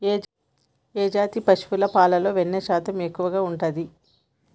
ఏ జాతి పశువుల పాలలో వెన్నె శాతం ఎక్కువ ఉంటది?